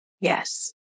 Yes